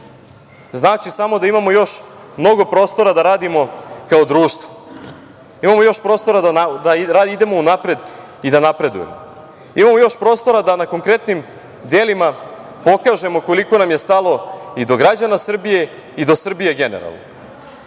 znači samo da imamo još mnogo prostora da radimo kao društvo, imamo još prostora da idemo u napred i da napredujemo, imamo još prostora da na konkretnim delima pokažemo koliko nam je stalo i do građana Srbije i do Srbije, generalno. Ovakvi